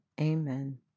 Amen